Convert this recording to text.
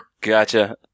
Gotcha